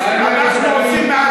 האמת, האמת היא שאני יכולתי,